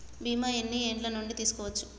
బీమా ఎన్ని ఏండ్ల నుండి తీసుకోవచ్చు?